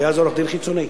שהיה אז עורך-דין חיצוני,